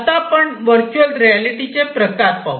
आता आपण virtual reality चे प्रकार पाहू